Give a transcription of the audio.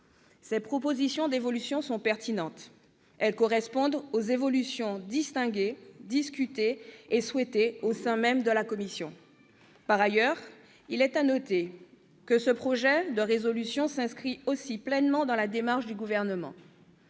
Ces propositions d'évolution sont pertinentes. Elles correspondent aux évolutions discutées et souhaitées au sein même de cette commission. Il est à noter que cette proposition de résolution s'inscrit pleinement dans la démarche du Gouvernement.